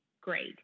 great